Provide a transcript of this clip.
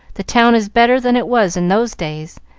the town is better than it was in those days,